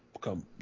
come